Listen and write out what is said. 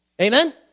Amen